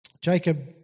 Jacob